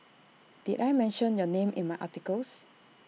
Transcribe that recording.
did I mention your name in my articles